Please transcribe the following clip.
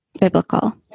biblical